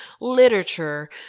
literature